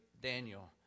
Daniel